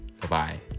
Bye-bye